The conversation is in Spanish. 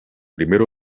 primer